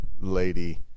lady